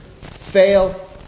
fail